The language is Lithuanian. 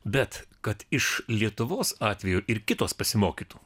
bet kad iš lietuvos atveju ir kitos pasimokytų